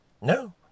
No